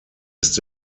ist